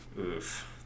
oof